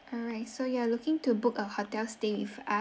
alright so you are looking to book a hotel stay with us